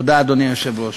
תודה, אדוני היושב-ראש.